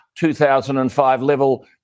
2005-level